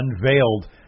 unveiled